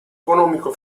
economico